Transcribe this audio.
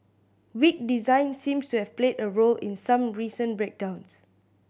weak design seems to have played a role in some recent breakdowns